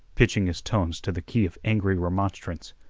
pitching his tones to the key of angry remonstrance.